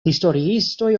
historiistoj